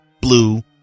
blue